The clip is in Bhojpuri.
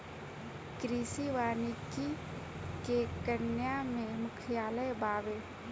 कृषि वानिकी के केन्या में मुख्यालय बावे